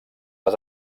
les